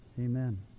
amen